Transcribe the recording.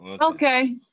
Okay